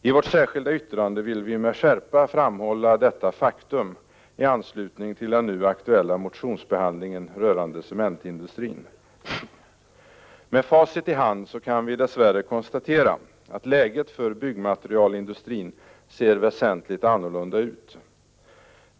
I vårt särskilda yttrande vill vi med skärpa framhålla detta faktum i anslutning till den nu aktuella motionsbehandlingen rörande cementindustrin. Med facit i hand kan vi dess värre konstatera att läget för byggmaterialindustrin ser väsentligt annorlunda ut.